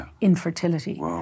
infertility